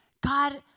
God